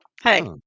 hey